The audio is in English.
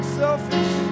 selfish